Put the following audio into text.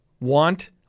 want